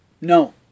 No